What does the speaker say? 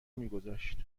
میگذاشت